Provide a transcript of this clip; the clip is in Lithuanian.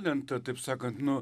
lenta taip sakant nu